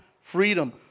freedom